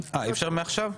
אי אפשר מעכשיו?